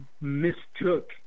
mistook